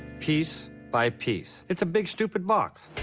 piece by piece it's a big stupid box